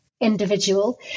individual